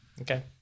Okay